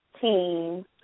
team